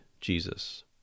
Jesus